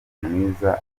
mwiza